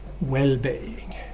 well-being